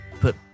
put